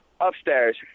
upstairs